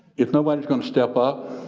if nobody's gonna step up,